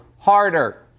harder